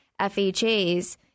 FHAs